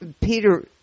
Peter